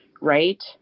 right